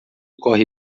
corre